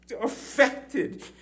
affected